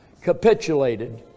capitulated